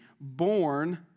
born